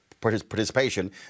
Participation